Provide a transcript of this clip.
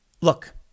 Look